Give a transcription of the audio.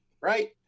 Right